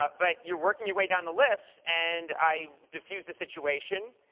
but you're working your way down the list, and i diffused the situation,